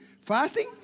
Fasting